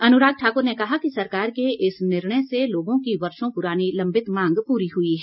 अनुराग ठाकुर ने कहा कि सरकार के इस निर्णय से लोगों की वर्षो पुरानी लंबित मांग पूरी हुई है